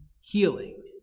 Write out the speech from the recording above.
healing